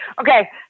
Okay